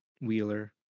Wheeler